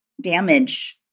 damage